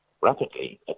rapidly